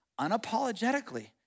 unapologetically